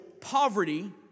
poverty